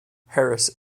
harris